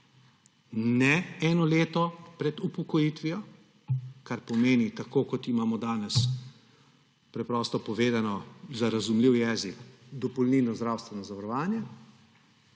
ne eno leto pred upokojitvijo, kar pomeni, tako kot imamo danes, preprosto povedano za razumljiv jezik, dopolnilno zdravstveno zavarovanje.